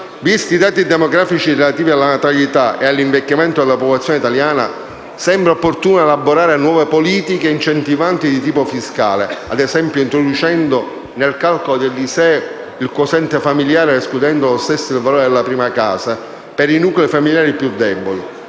Visti i dati demografici relativi alla natalità e all'invecchiamento della popolazione italiana, sembra opportuno elaborare nuove politiche incentivanti di tipo fiscale, ad esempio introducendo nel calcolo dell'ISEE il quoziente familiare ed escludendo dallo stesso il valore della prima casa per i nuclei familiari più deboli.